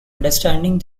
understanding